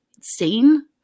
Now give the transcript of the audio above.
seen